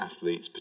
athletes